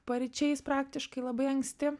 paryčiais praktiškai labai anksti